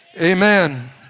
Amen